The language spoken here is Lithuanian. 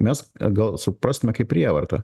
mes gal suprastume kaip prievartą